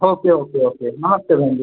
okay okay okay नमस्ते बहन जी